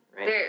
Right